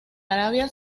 arabia